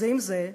זה עם זה,